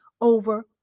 over